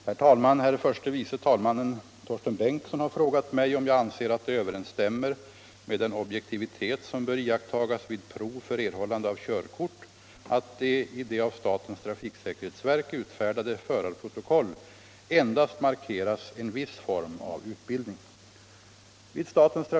Herr talman! Herr förste vice talmannen Torsten Bengtson har frågat mig om jag anser att det överensstämmer med den objektivitet som bör iakttagas vid prov för erhållande av körkort att det i de av statens trafiksäkerhetsverk utfärdade ”Förarprotokoll” endast markeras en viss form av utbildning.